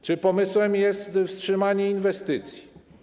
Czy pomysłem jest wstrzymanie inwestycji?